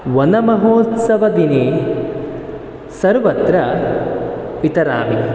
वनमहोत्सवदिने सर्वत्र वितरामि